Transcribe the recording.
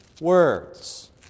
words